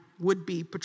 would-be